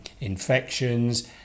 infections